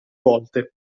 volte